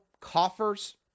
coffers